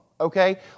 Okay